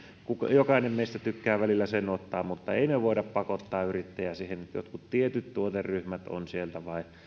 jokainen meistä tykkää välillä sen ottaa mutta emme me voi pakottaa yrittäjää siihen että jotkut tietyt tuoteryhmät on sieltä